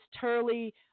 Turley